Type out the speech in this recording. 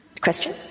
question